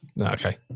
Okay